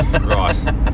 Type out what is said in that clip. Right